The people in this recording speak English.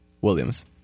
williams